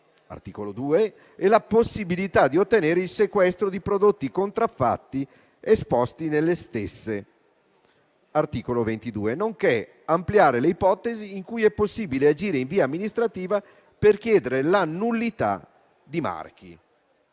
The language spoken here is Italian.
dell'articolo 2, la possibilità di ottenere il sequestro di prodotti contraffatti esposti nelle stesse, ai sensi dell'articolo 22, nonché di ampliare le ipotesi in cui è possibile agire in via amministrativa per chiedere la nullità di marchi,